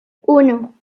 uno